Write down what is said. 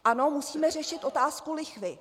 Ano, musíme řešit otázku lichvy.